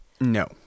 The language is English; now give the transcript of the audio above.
No